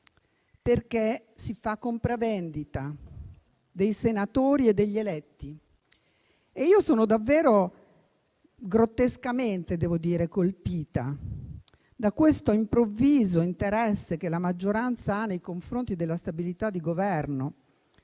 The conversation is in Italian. perché si fa compravendita dei senatori e degli eletti e io sono davvero grottescamente, devo dire, colpita da questo improvviso interesse che la maggioranza ha nei confronti della stabilità di Governo